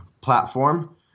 platform